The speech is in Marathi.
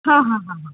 हां हां हां हां